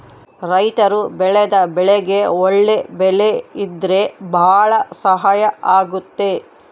ರೈತರು ಬೆಳೆದ ಬೆಳೆಗೆ ಒಳ್ಳೆ ಬೆಲೆ ಇದ್ರೆ ಭಾಳ ಸಹಾಯ ಆಗುತ್ತೆ